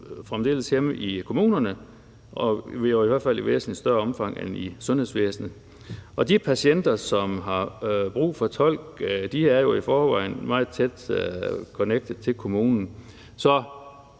fremdeles hjemme i kommunerne, i hvert fald i væsentlig større omfang end i sundhedsvæsenet, og de patienter, som har brug for en tolk, er jo i forvejen meget tæt knyttet til kommunen.